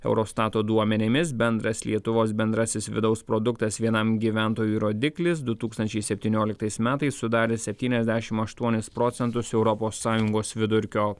eurostato duomenimis bendras lietuvos bendrasis vidaus produktas vienam gyventojui rodiklis du tūkstančiai septynioliktais metais sudarė septyniasdešim aštuonis procentus europos sąjungos vidurkio